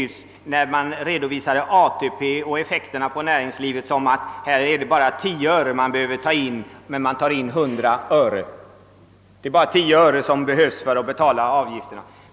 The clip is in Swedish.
Herr Nordgren redovisade effekterna för ATP för näringslivet på det sättet att det bara skulle vara tio öre som man skulle behöva ta in för att betala avgifterna, medan man i själva verket tar in 100 öre.